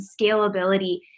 scalability